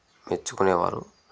మెచ్చుకునేవారు